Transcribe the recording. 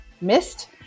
missed